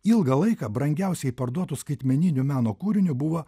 ilgą laiką brangiausiai parduotyu skaitmeninio meno kūriniu buvo